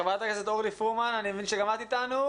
חברת הכנסת אורלי פרומן, אני מבין שגם את אתנו.